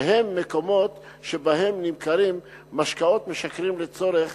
שהם מקומות שבהם נמכרים משקאות משכרים לצורך